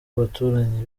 abaturanyi